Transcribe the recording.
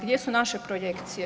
Gdje su naše projekcije?